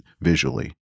visually